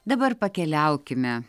dabar pakeliaukime